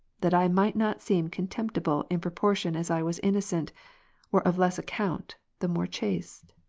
that i might not seem contempti ble in proportion as i was innocent or of less account, the more chaste.